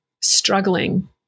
struggling